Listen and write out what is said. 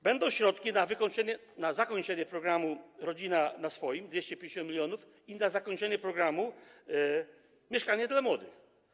Będą środki na zakończenie programu „Rodzina na swoim” - 250 mln i na zakończenie programu „Mieszkanie dla młodych”